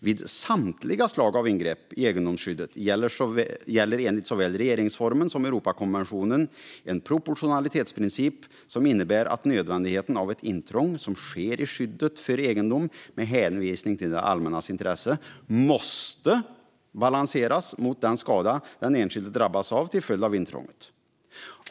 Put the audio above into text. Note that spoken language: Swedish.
Vid samtliga slag av ingrepp i egendomsskyddet gäller enligt såväl RF som Europakonventionen en proportionalitetsprincip som innebär att nödvändigheten av ett intrång som sker i skyddet för egendom med hänvisning till det allmännas intresse måste balanseras mot den skada den enskilde drabbas av till följd av intrånget.